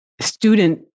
student